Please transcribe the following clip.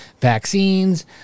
vaccines